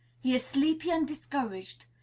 he is sleepy and discouraged.